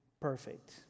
perfect